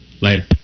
Later